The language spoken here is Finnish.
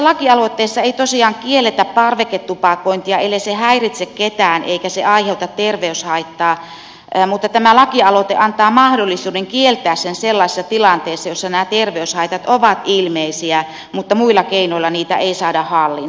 tässä lakialoitteessa ei tosiaan kielletä parveketupakointia ellei se häiritse ketään eikä se aiheuta terveyshaittaa mutta tämä lakialoite antaa mahdollisuuden kieltää sen sellaisessa tilanteessa jossa nämä terveyshaitat ovat ilmeisiä mutta muilla keinoilla niitä ei saada hallintaan